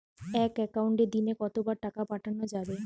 এক একাউন্টে দিনে কতবার টাকা পাঠানো যাবে?